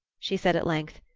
she said at length,